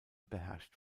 beherrscht